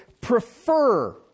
prefer